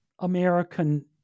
American